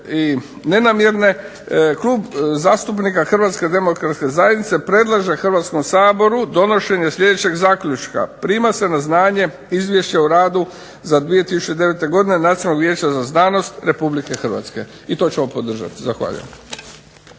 i nenamjerne, Klub zastupnika HDZ-a predlaže Hrvatskom saboru predlaže donošenje sljedećeg zaključka. Prima se na znanje izvješće o radu za 2009. godinu Nacionalnog vijeća za znanost RH i to ćemo podržati. Zahvaljujem.